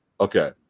Okay